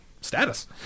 status